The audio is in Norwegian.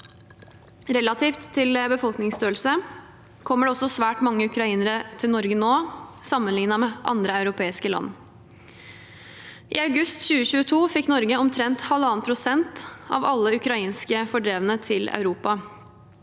Relativt til befolkningsstørrelse kommer det også svært mange ukrainere til Norge nå, sammenlignet med andre europeiske land. I august 2022 fikk Norge omtrent 1,5 pst. av alle ukrainske fordrevne til Europa.